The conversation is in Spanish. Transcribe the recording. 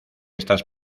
estas